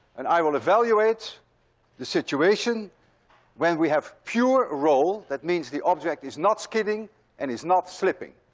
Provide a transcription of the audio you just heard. and i will evaluate the situation when we have pure roll. that means the object is not skidding and is not slipping.